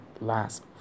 last